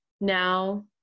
now